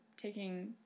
taking